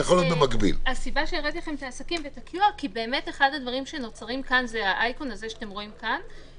יכול להיות שיש כאן עלויות כספיות ולכן החשש שלכם.